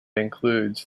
includes